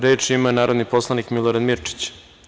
Reč ima narodni poslanik Milorad Mirčić.